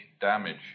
damage